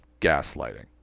gaslighting